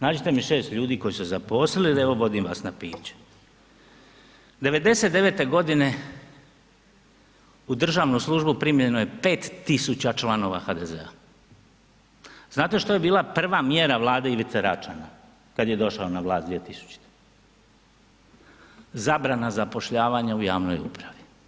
Nađite mi 6 ljudi koju su se zaposlili, evo vodim vas na piće. '99. godine u državnu službu primljeno je 5.000 članova HDZ-a, znate što je bila prva mjera vlade Ivice Račana kad je došao na vlast 2000. zabrana zapošljavanja u javnoj upravi.